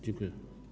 Dziękuję.